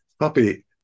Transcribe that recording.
Puppy